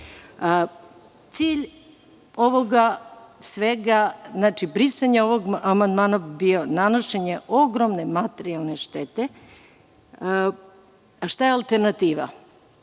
se. Cilj ovoga svega, znači brisanja ovog amandmana, bi bio nanošenje ogromne materijalne štete. Šta je alternativa?